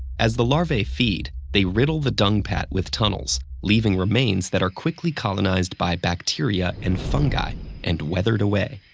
as the larvae feed, they riddle the dung pat with tunnels, leaving remains that are quickly colonized by bacteria and fungi and weathered away.